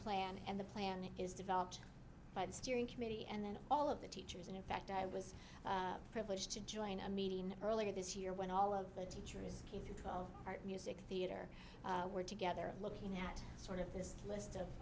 plan and the planning is developed by the steering committee and then all of the teachers and in fact i was privileged to join a meeting earlier this year when all of the teacher is k through twelve art music theater we're together looking at sort of this list of